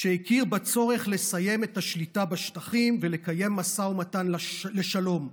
שהכיר בצורך לסיים את השליטה בשטחים ולקיים משא ומתן לשלום,